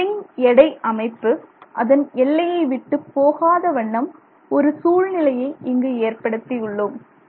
spring எடை அமைப்பு அதன் எல்லையை விட்டு போகாத வண்ணம் ஒரு சூழ்நிலையை நாம் இங்கு ஏற்படுத்தியுள்ளோம்